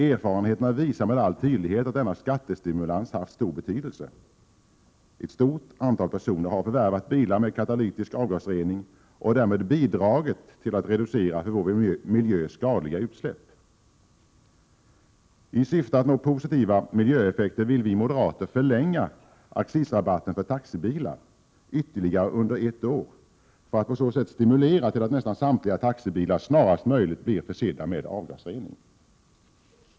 Erfarenheterna visar med all tydlighet att denna skattestimulans haft stor betydelse. Ett stort antal personer har förvärvat bilar med katalytisk avgasrening och har därmed bidragit till att reducera för miljön skadliga utsläpp. I syfte att nå positiva miljöeffekter vill vi moderater förlänga accisrabatten för taxibilar ytterligare ett år, för att på så sätt stimulera till att nästan samtliga taxibilar snarast möjligt blir försedda med avgasrening.